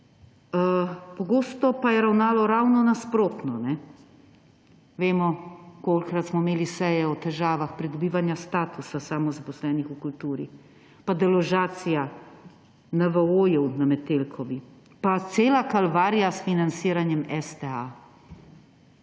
pogosto pa je ravnalo ravno nasprotno. Vemo, kolikokrat smo imeli seje o težavah pridobivanja statusa samozaposlenih v kulturi, pa deložacija NVO na Metelkovi. Pa cela kalvarija s financiranjem STA,